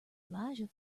elijah